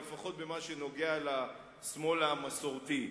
אבל לפחות במה שנוגע לשמאל המסורתי.